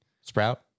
Sprout